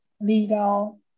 legal